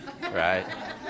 Right